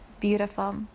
beautiful